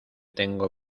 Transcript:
tengo